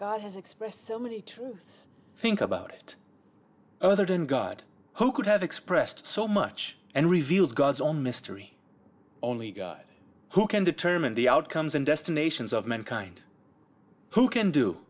n has expressed so many to think about it other than god who could have expressed so much and revealed gods on mystery only guy who can determine the outcomes and destinations of mankind who can do